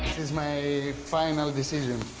is my final decision.